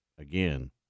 Again